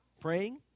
praying